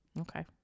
Okay